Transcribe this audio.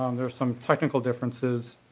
um there are some technical differences